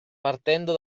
partendo